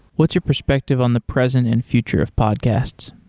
what's your perspective on the present and future of podcasts?